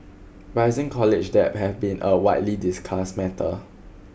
rising college debt has been a widely discussed matter